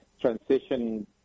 transition